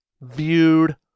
viewed